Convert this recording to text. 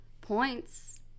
points